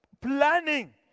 planning